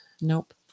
Nope